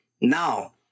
now